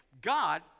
God